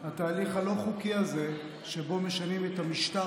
התהליך הלא-חוקי הזה שבו משנים את המשטר